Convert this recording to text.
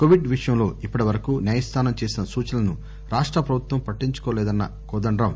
Covid విషయంలో ఇప్పటి వరకు న్యాయస్లానం చేసిన సూచనలను రాష్ట ప్రభుత్వం పట్టించుకోలేదన్న కోదండరాం